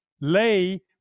lay